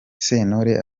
sentore